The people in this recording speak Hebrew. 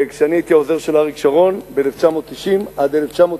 כשהייתי העוזר של אריק שרון ב-1990 1992,